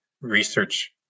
research